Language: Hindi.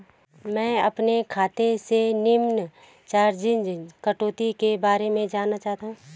मैं अपने खाते से निम्न चार्जिज़ कटौती के बारे में जानना चाहता हूँ?